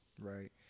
right